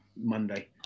Monday